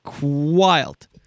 wild